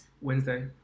Wednesday